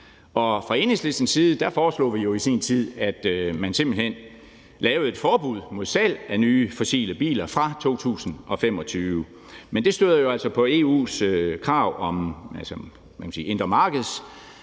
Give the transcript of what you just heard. Fra Enhedslistens side foreslog vi jo i sin tid, at man simpelt hen lavede et forbud mod salg af nye fossile biler fra 2025. Men det støder jo på EU's krav, altså indre markeds